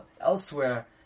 elsewhere